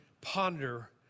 ponder